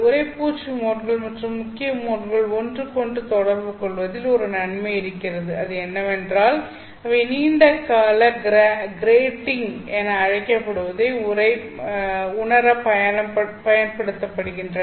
உறைப்பூச்சு மோட்கள் மற்றும் முக்கிய மோட்கள் ஒன்றுக்கொன்று தொடர்பு கொள்வதில் ஒரு நன்மை இருக்கிறது அது என்னவென்றால் அவை நீண்ட கால கிராட்டிங் என அழைக்கப்படுவதை உணர பயன்படுத்தப்படுகின்றன